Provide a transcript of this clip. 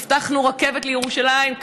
הבטחנו רכבת לירושלים.